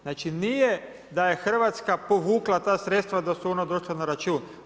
Znači nije da je Hrvatska povukla ta sredstva da su ona došla na račun.